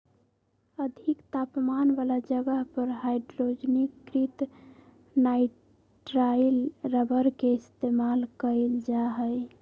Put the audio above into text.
अधिक तापमान वाला जगह पर हाइड्रोजनीकृत नाइट्राइल रबर के इस्तेमाल कइल जा हई